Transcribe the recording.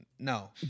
no